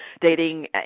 dating